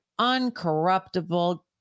uncorruptible